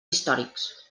històrics